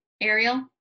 Ariel